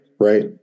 Right